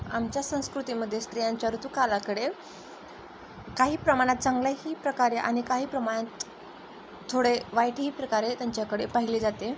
आमच्या संस्कृतीमध्ये स्त्रियांच्या ऋतुकालाकडे काही प्रमाणात चांगल्याही प्रकारे आणि काही प्रमाणात थोडे वाईटही प्रकारे त्यांच्याकडे पाहिले जाते